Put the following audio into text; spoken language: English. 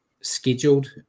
scheduled